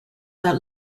that